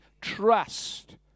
trust